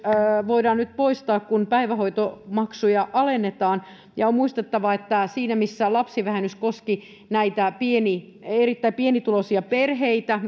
voidaan nyt poistaa kun päivähoitomaksuja alennetaan on muistettava että siinä missä lapsivähennys koski näitä erittäin pienituloisia perheitä